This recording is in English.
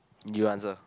you answer